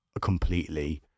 completely